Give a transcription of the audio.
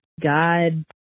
God